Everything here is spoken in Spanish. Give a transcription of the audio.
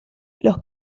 los